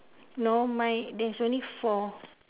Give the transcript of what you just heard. no mine there is only four